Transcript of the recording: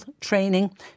training